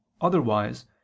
Otherwise